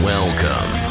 Welcome